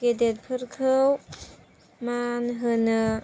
गेदेरफोरखौ मान होनो